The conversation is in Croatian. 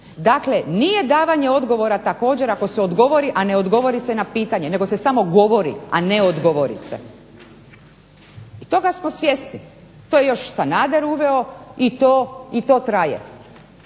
Dakle, nije davanje odgovora također ako se odgovori a ne odgovori se na pitanje nego se samo govori, a ne odgovori se i toga smo svjesni. To je još Sanader uveo i to traje,